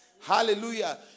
Hallelujah